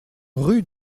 rue